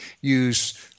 use